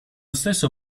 stesso